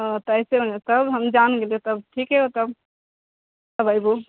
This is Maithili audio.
ओ त ऐसे बनाओल जाय ओ तब हम जान गेलियौ तब ठीके है तब तब एबौ